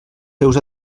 seus